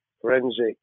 forensic